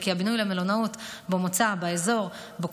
וכי הבינוי למלונאות מוצע באזור שבו